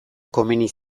komeni